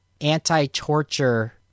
anti-torture